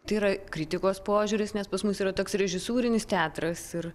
tai yra kritikos požiūris nes pas mus yra toks režisūrinis teatras ir